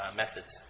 methods